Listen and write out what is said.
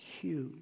Huge